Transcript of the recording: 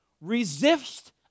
resist